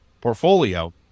portfolio